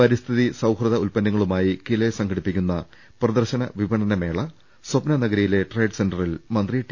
പരിസ്ഥിതി സൌഹൃദ ഉൽപന്നങ്ങളുമായി കിലെ സംഘടിപ്പിക്കുന്ന പ്രദർശന വിപണന മേള സ്വപ്ന നഗരിയിലെ ട്രേഡ് സെന്ററിൽ മന്ത്രി ടി